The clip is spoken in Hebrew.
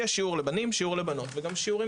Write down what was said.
יש שיעור לבנים ושיעור לבנות וגם שיעורים